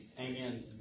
Amen